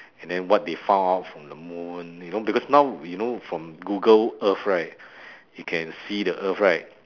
and then what they found out from the moon you know because now we know from google earth right you can see the earth right